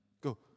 Go